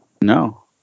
No